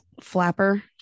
flapper